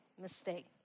mistake